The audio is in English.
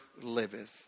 liveth